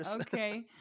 Okay